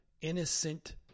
innocent